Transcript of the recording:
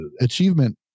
achievement